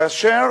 כאשר